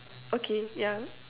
okay yeah